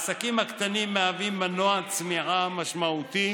העסקים הקטנים מהווים מנוע צמיחה משמעותי